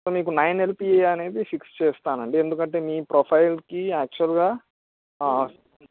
మీకు nine LPA అనేది fix చేస్తామండి అంటే మీ ప్రొఫైల్కి యాక్చువల్గా